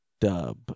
dub